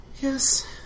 Yes